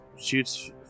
Shoots